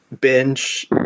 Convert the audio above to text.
binge